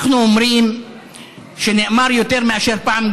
אנחנו אומרים שנאמר יותר מפעם,